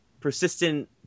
persistent